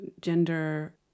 gender